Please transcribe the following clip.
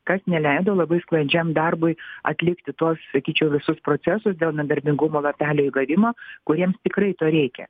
kas neleido labai sklandžiam darbui atlikti tuos sakyčiau visus procesus dėl nedarbingumo lapelio įgavimo kuriems tikrai to reikia